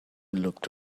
look